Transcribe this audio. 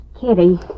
Kitty